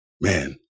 Man